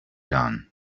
done